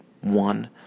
one